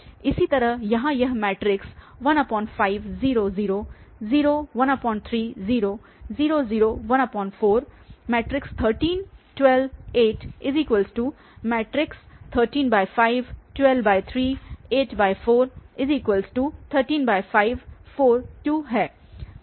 इसी तरह यहां यह 15 0 0 0 13 0 0 0 14 13 12 8 135 123 84 135 4 2 है